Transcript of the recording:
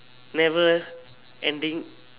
never ending